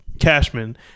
Cashman